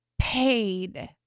paid